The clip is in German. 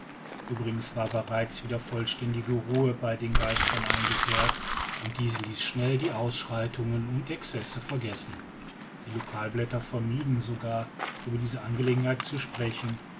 uebrigens war bereits wieder vollständige ruhe bei den geistern eingekehrt und diese ließ schnell die ausschreitungen und excesse vergessen die localblätter vermieden sogar über diese angelegenheit zu sprechen